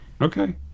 Okay